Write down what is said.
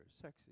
sexy